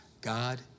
God